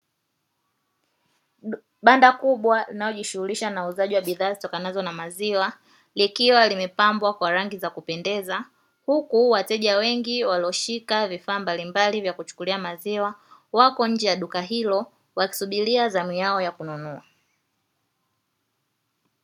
Banda kubwa linalojihusisha na uuzaji wa bidhaa zitokanazo na maziwa likiwa limepembwa kwa rangi za kupendeza, huku wateja wengi walioshika vifaa mbalimbali vya kuchukulia maziwa, wako nje ya duka hilo wakisubiria zamu yao ya kununua.